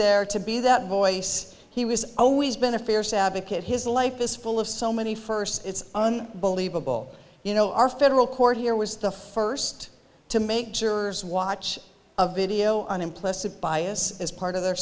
there to be that voice he was always been a fierce advocate his life is full of so many firsts it's on believe a ball you know our federal court here was the first to make sure watch a video on implicit bias as part of their